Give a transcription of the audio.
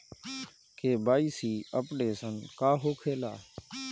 KYC updation का होखेला?